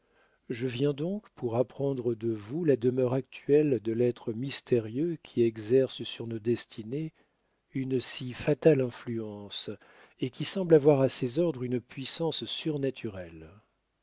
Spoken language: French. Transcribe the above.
je viens donc pour apprendre de vous la demeure actuelle de l'être mystérieux qui exerce sur nos destinées une si fatale influence et qui semble avoir à ses ordres une puissance surnaturelle